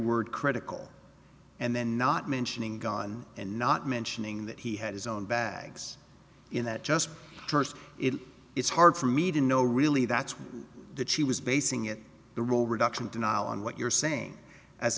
word critical and then not mentioning gun and not mentioning that he had his own bags in that just first it it's hard for me to know really that's what that she was basing it the role reduction denial on what you're saying as